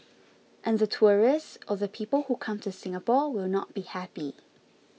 and the tourists or the people who come to Singapore will not be happy